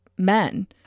Men